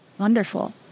Wonderful